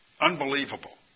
Unbelievable